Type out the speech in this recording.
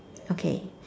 okay